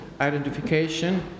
identification